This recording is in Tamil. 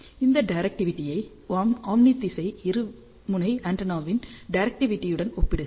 இந்த டைரக்டிவிட்டியை ஓம்னி திசை இருமுனை ஆண்டெனாவின் டைரக்டிவிட்டியுடன் ஒப்பிடுக